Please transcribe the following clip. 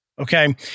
okay